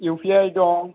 UPI दं